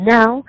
Now